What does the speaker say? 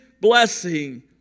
blessing